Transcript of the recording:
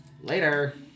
Later